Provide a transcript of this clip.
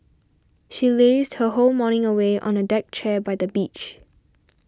she lazed her whole morning away on a deck chair by the beach